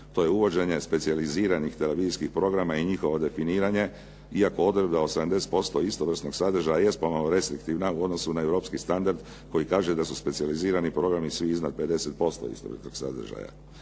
To je uvođenje specijaliziranih televizijskih programa i njihovo definiranje, iako odredbe 80% istovrsnog sadržaja jest pomalo restriktivna u odnosu na europski standard, koji kažu da su specijalizirani programi su iznad 50% istovjetnog sadržaja.